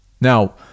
Now